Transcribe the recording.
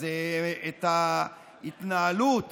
אז את ההתנהלות